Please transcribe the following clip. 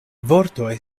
vortoj